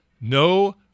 no